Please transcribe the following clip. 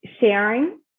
sharing